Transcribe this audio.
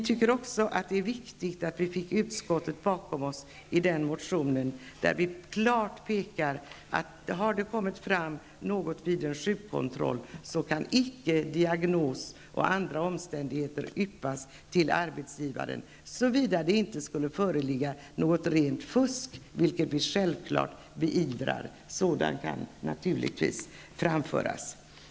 Det är viktigt att vi har fått utskottet att ställa sig bakom en motion, där vi klart talar om att även om det vid sjukkontroll kommer fram oegentligheter får icke diagnos eller andra omständigheter yppas, såvitt det inte föreligger rent fusk, vilket vi självfallet beivrar. Sådant kan naturligtvis framföras.